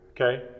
Okay